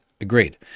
agreed